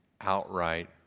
outright